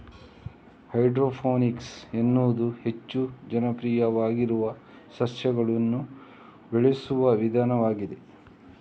hydroponics ಎನ್ನುವುದು ಹೆಚ್ಚು ಜನಪ್ರಿಯವಾಗಿರುವ ಸಸ್ಯಗಳನ್ನು ಬೆಳೆಸುವ ವಿಧಾನವಾಗಿದೆ